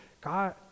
God